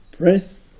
breath